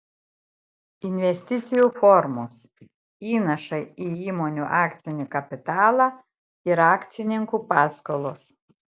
investicijų formos įnašai į įmonių akcinį kapitalą ir akcininkų paskolos